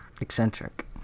eccentric